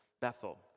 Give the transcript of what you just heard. Bethel